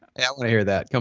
i ah want to hear that,